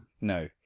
No